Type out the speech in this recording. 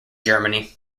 germany